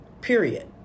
Period